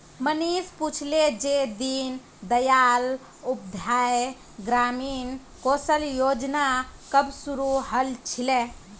मनीष पूछले जे दीन दयाल उपाध्याय ग्रामीण कौशल योजना कब शुरू हल छिले